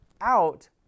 out